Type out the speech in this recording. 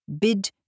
bid